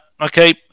okay